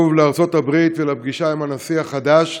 לארצות-הברית ולפגישה עם הנשיא החדש,